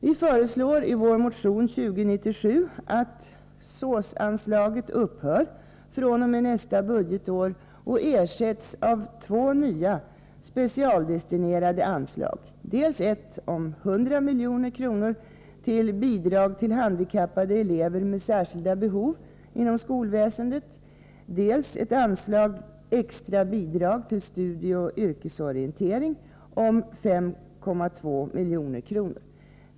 Vi föreslår i vår motion 2097 att SÅS-anslaget upphör fr.o.m. nästa budgetår och ersätts av två nya, specialdestinerade anslag, dels ett om 100 milj.kr. till Bidrag till handikappade elever med särskilda behov inom skolväsendet, dels ett anslag, Extra bidrag till studieoch yrkesorientering, om 5,2 milj.kr.